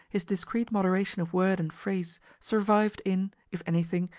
his discreet moderation of word and phrase, survived in, if anything,